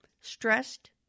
stressed